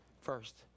first